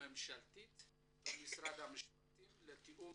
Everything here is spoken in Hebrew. ממשלתית במשרד המשפטים לתיאום